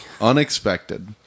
unexpected